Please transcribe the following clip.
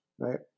right